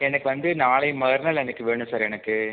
எனக்கு வந்து நாளை மறுநாள் எனக்கு வேணும் சார் எனக்கு